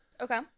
Okay